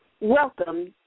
Welcome